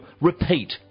repeat